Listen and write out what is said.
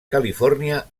califòrnia